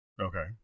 Okay